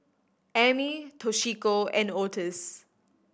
Ammie Toshiko and Otis